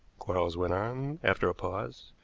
quarles went on, after a pause.